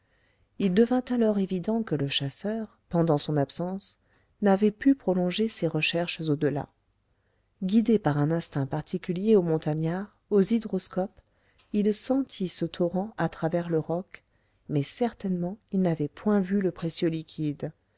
il devint alors évident que le chasseur pendant son absence n'avait pu prolonger ses recherches au-delà guidé par un instinct particulier aux montagnards aux hydroscopes il sentit ce torrent à travers le roc mais certainement il n'avait point vu le précieux liquide